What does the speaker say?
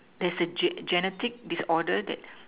there's a Ge~ genetic disorder that